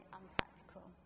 unpractical